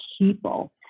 people